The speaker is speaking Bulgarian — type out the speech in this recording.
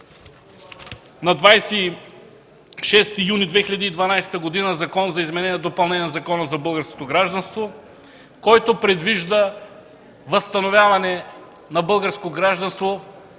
на 26 юни 2012 г. Законопроект за изменение и допълнение на Закона за българското гражданство. Той предвижда възстановяване на българско гражданство